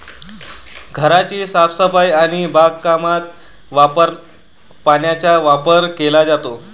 घराची साफसफाई आणि बागकामात पाण्याचा वापर केला जातो